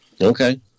okay